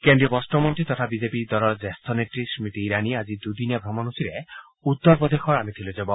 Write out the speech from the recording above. কেন্দ্ৰীয় বস্ত্ৰ মন্ত্ৰী তথা বিজেপি দলৰ জ্যেষ্ঠ নেত্ৰী স্মতি ইৰাণীয়ে আজি দুদিনীয়া ভ্ৰমণসূচীৰে উত্তৰ প্ৰদেশৰ আমেথিলৈ যাব